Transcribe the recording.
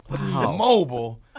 Mobile